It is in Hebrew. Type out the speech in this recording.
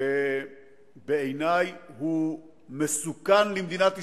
שבעיני הוא מסוכן למדינת ישראל,